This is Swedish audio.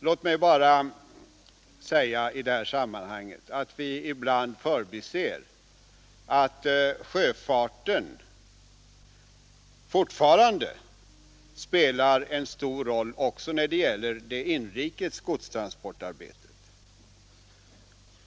Låt mig bara säga i det här sammanhanget att vi ibland förbiser att sjöfarten fortfarande spelar en stor roll också för det inrikes godstransportarbetet.